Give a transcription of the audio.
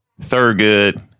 Thurgood